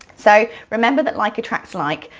so, remember that like attracts like.